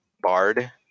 Bard